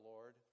Lord